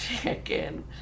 chicken